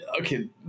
Okay